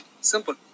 Simple